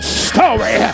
story